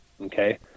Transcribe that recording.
okay